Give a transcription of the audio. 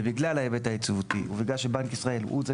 ובגלל ההיבט היציבותי ובגלל שבנק ישראל הוא זה